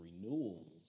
renewals